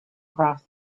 across